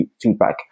feedback